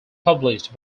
published